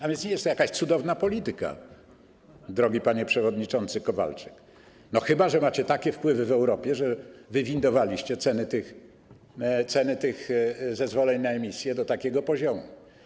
A więc nie jest to jakaś cudowna polityka, drogi panie przewodniczący Kowalczyk, chyba że macie takie wpływy w Europie, że wywindowaliście ceny zezwoleń na emisję do takiego poziomu.